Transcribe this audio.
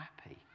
happy